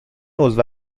عضو